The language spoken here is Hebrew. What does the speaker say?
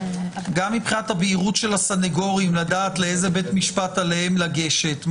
גם מבחינת הבהירות של הסניגורים לדעת לאיזה בית משפט עליהם לגשת.